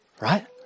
Right